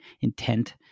intent